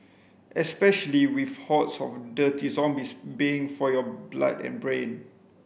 especially with hordes of dirty zombies baying for your blood and brain